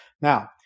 Now